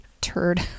turd